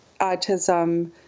autism